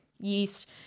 yeast